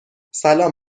سلام